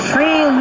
Free